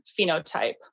phenotype